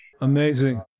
Amazing